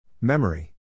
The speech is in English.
Memory